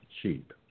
cheap